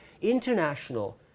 international